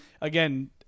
again